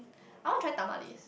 I want to try Tamales